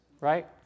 right